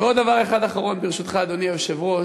עוד דבר אחד אחרון, ברשותך, אדוני היושב-ראש.